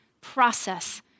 process